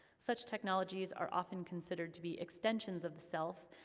such technologies are often considered to be extensions of the self,